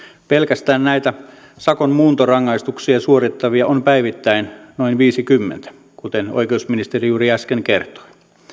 pelkästään näitä sakon muuntorangaistuksia suorittavia on päivittäin noin viisikymmentä kuten oikeusministeri juuri äsken kertoi